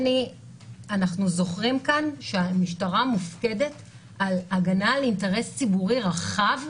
אנחנו זוכרים כאן שהמשטרה מופקדת על הגנה על אינטרס ציבורי רחב.